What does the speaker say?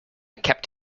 kept